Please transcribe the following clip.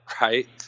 Right